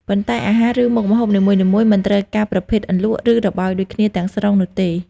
ប៉ុន្តែ អាហារឬមុខម្ហូបនីមួយៗ មិនត្រូវការប្រភេទអន្លក់ ឬរបោយដូចគ្នាទាំងស្រុងនោះទេ។